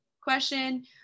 question